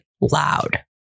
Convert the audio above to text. loud